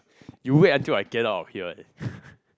you wait until I get out of here eh